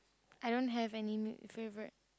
I don't have any new favorite